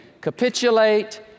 capitulate